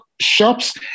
shops